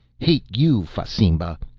hate you, fasimba!